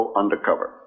undercover